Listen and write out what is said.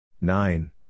nine